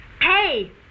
Hey